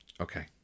Okay